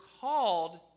called